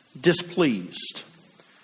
displeased